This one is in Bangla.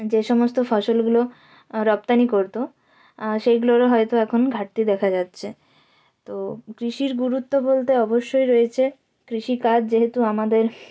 যে সমস্ত ফসলগুলো রপ্তানি করতো সেইগুলোরও হয়তো এখন ঘাটতি দেখা যাচ্ছে তো কৃষির গুরুত্ব বলতে অবশ্যই রয়েছে কৃষিকাজ যেহেতু আমাদের